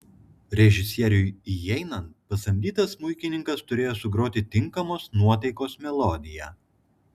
režisieriui įeinant pasamdytas smuikininkas turėjo sugroti tinkamos nuotaikos melodiją